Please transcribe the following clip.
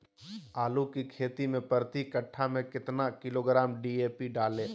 आलू की खेती मे प्रति कट्ठा में कितना किलोग्राम डी.ए.पी डाले?